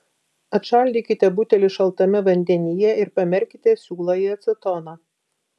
atšaldykite butelį šaltame vandenyje ir pamerkite siūlą į acetoną